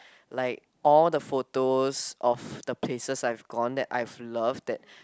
like all the photos of the places I've gone that I've loved that